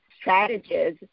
strategies